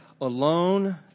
alone